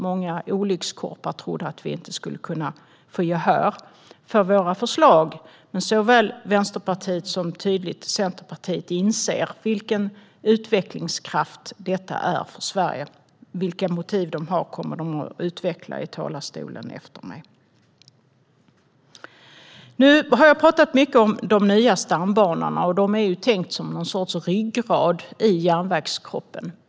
Många olyckskorpar trodde att vi inte skulle kunna få gehör för våra förslag, men såväl Vänsterpartiet som Centerpartiet inser vilken utvecklingskraft detta är för Sverige. Vilka motiv de har kommer de att utveckla i talarstolen efter mig. Nu har jag talat mycket om de nya stambanorna, och de är tänkta som någon sorts ryggrad i järnvägskroppen.